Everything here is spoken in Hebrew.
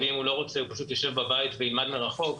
ואם הוא לא רוצה הוא פשוט ישב בבית וילמד מרחוק,